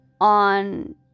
on